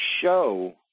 show